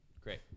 Great